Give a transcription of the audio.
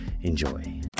Enjoy